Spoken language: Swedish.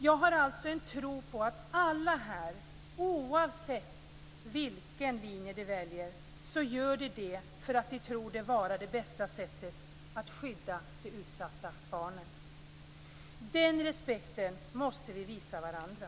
Jag har en tro på att alla här oavsett vilken linje de väljer gör det därför att de tror den vara det bästa sättet att skydda de utsatta barnen. Den respekten måste vi visa varandra!